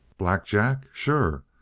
black jack? sure.